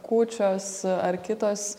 kūčios ar kitos